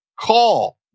Call